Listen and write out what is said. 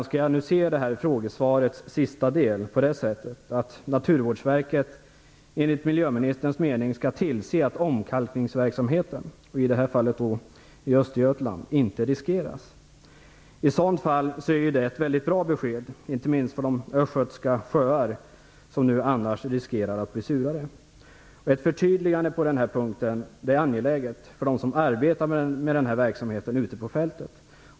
Skall man se frågesvarets sista del på det sättet att Naturvårdsverket enligt miljöministerns mening skall tillse att omkalkningsverksamheten, i det här fallet i Östergötland, inte riskeras? I så fall är det ett mycket bra besked, inte minst för de östgötska sjöar som annars riskerar att bli surare. Ett förtydligande på den här punkten är angeläget för dem som arbetar med den här verksamheten ute på fältet.